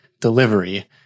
delivery